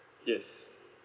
yes